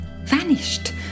vanished